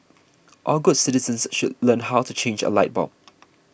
all good citizens should learn how to change a light bulb